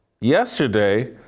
Yesterday